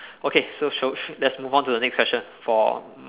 okay so shall let's move on to the next question for